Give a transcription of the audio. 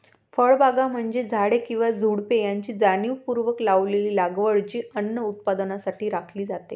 फळबागा म्हणजे झाडे किंवा झुडुपे यांची जाणीवपूर्वक लावलेली लागवड जी अन्न उत्पादनासाठी राखली जाते